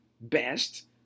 best